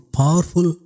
powerful